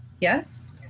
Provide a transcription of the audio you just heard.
yes